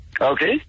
Okay